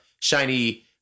shiny